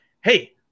hey